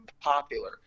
popular